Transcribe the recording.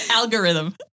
Algorithm